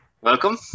welcome